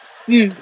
mm